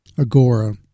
Agora